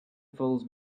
fills